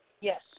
Yes